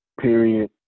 period